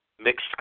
Mixed